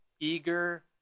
eager